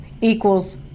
equals